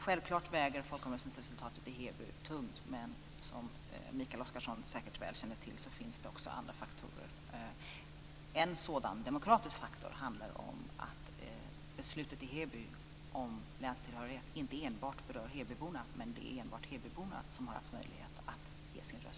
Självklart väger folkomröstningsresultatet i Heby tungt, men som Mikael Oscarsson säkert väl känner till finns det också andra faktorer. En sådan demokratisk faktor handlar om att beslutet i Heby om länstillhörighet inte enbart berör hebyborna, men det är enbart hebyborna som har haft möjlighet att ge sin röst till känna.